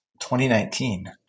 2019